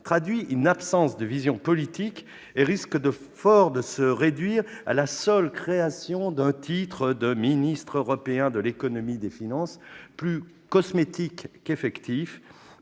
traduit une absence de vision politique et risque fort de se réduire à la seule création d'un titre de ministre européen de l'économie et des finances. Ce ministre jouera